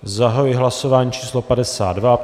Zahajuji hlasování číslo 52.